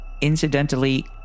Incidentally